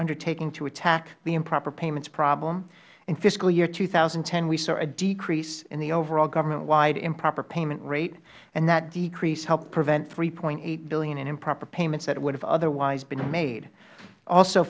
undertaking to attack the improper payments problem in fiscal year two thousand and ten we saw a decrease in the overall government wide improper payment rate and that decrease helped prevent three dollars eighty cents billion in improper payments that would have otherwise been made also